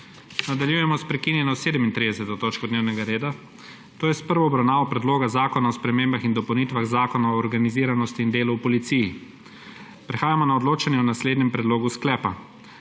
Nadaljujemo s prekinjeno 37. točko dnevnega reda, to je s prvo obravnava Predloga zakona o spremembah in dopolnitvah Zakona o organiziranosti in delu v policiji. Prehajamo na odločanje o naslednjem predlogu sklepa: